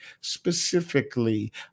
specifically